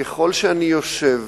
ככל שאני יושב